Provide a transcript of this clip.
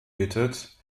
bittet